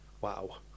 wow